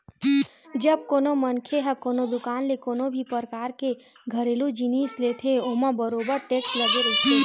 जब कोनो मनखे ह कोनो दुकान ले कोनो भी परकार के घरेलू जिनिस लेथे ओमा बरोबर टेक्स लगे रहिथे